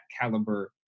caliber